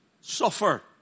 suffer